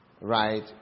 right